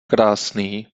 krásný